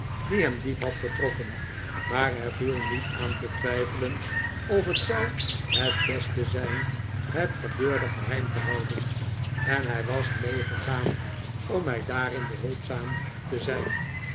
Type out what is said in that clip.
die hem diep had getroffen maar er viel niet aan te twijfelen of het zou het beste zijn het gebeurde geheim te houden en hij was meegegaan om mij daarin behulpzaam te zijn